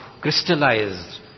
crystallized